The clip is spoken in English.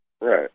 Right